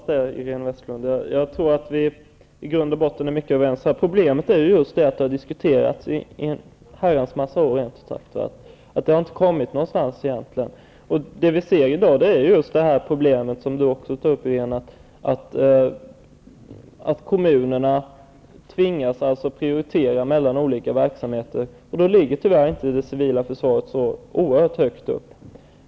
Herr talman! Vi hoppas det. Jag tror att Iréne Vestlund och jag är överens i mycket. Problemet är att saken diskuterats i många år men inte kommit någonstans. Det vi ser i dag är det problem Iréne Vestlund tar upp, att kommunerna tvingas prioritera mellan olika verksamheter. Då ligger tyvärr inte det civila försvaret så högt.